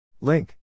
Link